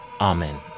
Amen